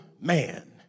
man